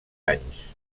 anys